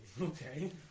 Okay